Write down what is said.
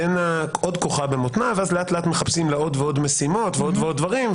עוד כוחה במותנה ואז מחפשים לאט לאט עוד ועוד משימות ועוד ועוד דברים,